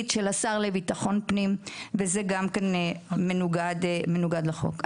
שלה שר לביטחון פנים וזה גם מנוגד לחוק.